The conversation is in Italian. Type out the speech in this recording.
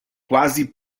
quasi